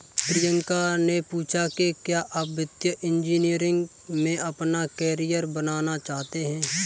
प्रियंका ने पूछा कि क्या आप वित्तीय इंजीनियरिंग में अपना कैरियर बनाना चाहते हैं?